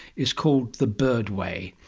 is called the bird way.